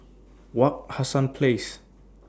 Wak Hassan Place